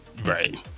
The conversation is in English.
Right